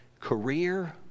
career